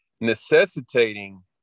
necessitating